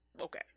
okay